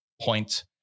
point